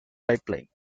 pipeline